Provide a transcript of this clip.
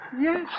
Yes